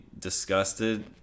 disgusted